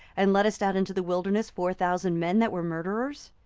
and leddest out into the wilderness four thousand men that were murderers?